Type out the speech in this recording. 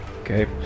Okay